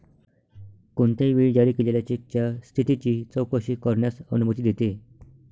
कोणत्याही वेळी जारी केलेल्या चेकच्या स्थितीची चौकशी करण्यास अनुमती देते